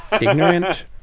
Ignorant